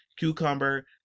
Cucumber